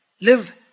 Live